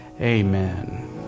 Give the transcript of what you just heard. Amen